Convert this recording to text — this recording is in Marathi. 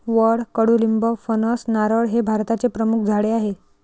वड, कडुलिंब, फणस, नारळ हे भारताचे प्रमुख झाडे आहे